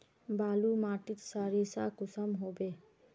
बालू माटित सारीसा कुंसम होबे?